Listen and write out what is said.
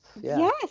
yes